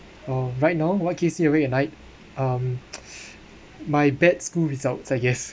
uh right now what keeps you awake at night um my bad school results I guess